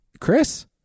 Chris